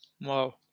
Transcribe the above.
Wow